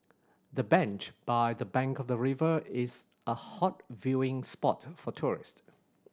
the bench by the bank of the river is a hot viewing spot for tourist